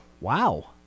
wow